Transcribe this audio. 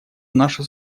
наше